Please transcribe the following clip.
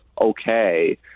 okay